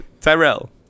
Tyrell